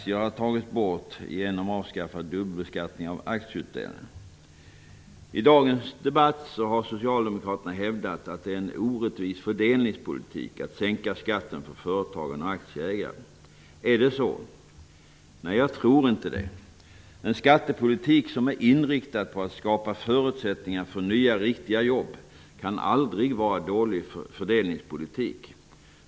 I dagens debatt har Socialdemokraterna hävdat att det är en orättvis fördelningspolitik att sänka skatten för företagen och aktieägare. Är det så? Nej, jag tror inte det. En skattepolitik som är inriktad på att skapa förutsättningar för nya, riktiga jobb kan aldrig vara dålig fördelningspolitik.